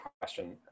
question